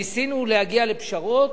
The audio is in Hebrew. ניסינו להגיע לפשרות,